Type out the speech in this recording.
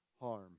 harm